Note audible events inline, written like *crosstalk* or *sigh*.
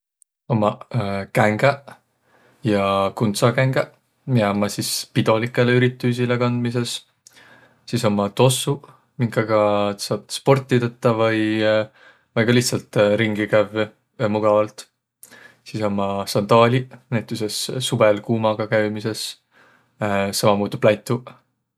Ummaq *hesitation* kängäq ja kundsakängäq, miä ummaq sis pidoligõlõ ürituisile kandmisõs. Sis ummaq tossuq, minkaga saat sporti tetäq vai vai ka lihtsalt ringi kävvüq *hesitation* mugavalt. Sis ummaq sandaaliq näütüses suvõl kuumaga käümises *hesitation* sammamuudu plät'uq.